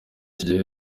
gihe